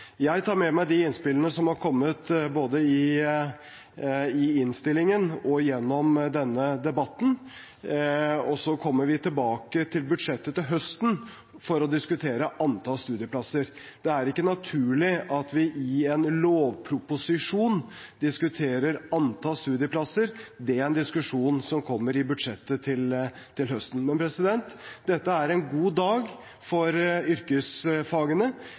Jeg tar med meg de innspillene som har kommet både i innstillingen og i denne debatten. Så kommer vi tilbake til budsjettet til høsten for å diskutere antall studieplasser. Det er ikke naturlig at vi i en lovproposisjon diskuterer antall studieplasser. Det er en diskusjon som kommer i budsjettet til høsten. Men dette er en god dag for yrkesfagene.